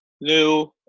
new